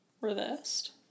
reversed